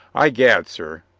i'gad, sir,